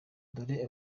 dore